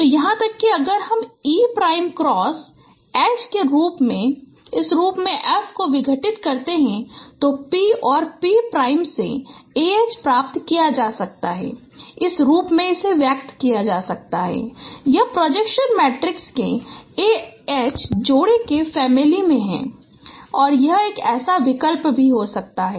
तो यहां तक कि अगर हम e प्राइम क्रॉस H के इस रूप में F को विघटित करते हैं तो P और P प्राइम से ah प्राप्त किया जा सकता है इस रूप में व्यक्त किया जा सकता है यह प्रोजेक्शन मैट्रिक्स के ah जोड़े के फैमिली में है यह एक ऐसा विकल्प भी हो सकता है